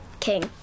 king